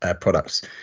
products